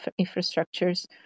infrastructures